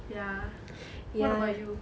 ya what about you